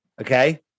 okay